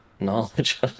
knowledge